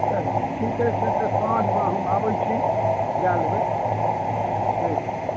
तऽ ठीके छै तऽ साँझ मे हम आबै छी लऽ लेबै ठीक